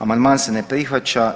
Amandman se ne prihvaća.